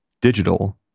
digital